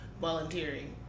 volunteering